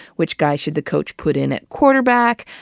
which guy should the coach put in at quarterback.